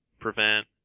prevent